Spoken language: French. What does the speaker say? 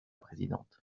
présidente